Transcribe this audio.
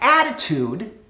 attitude